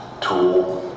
tool